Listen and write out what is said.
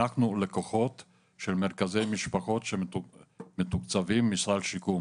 אנחנו לקוחות של מרכזי משפחות שמתקצבים מסל שיקום